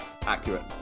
accurate